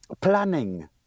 planning